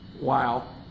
Wow